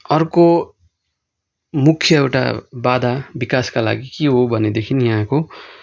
अर्को मुख्य एउटा बाधा विकासका लागि के हो भनेदेखि यहाँको